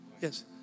Yes